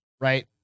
right